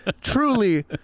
Truly